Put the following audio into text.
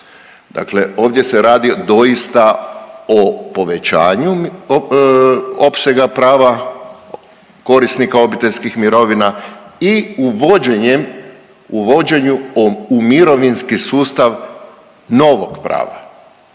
Dakle ovdje se radi doista o povećanju opsega prava korisnika obiteljskih mirovina i uvođenjem i uvođenju u mirovinski sustav novog prava,